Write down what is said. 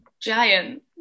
giant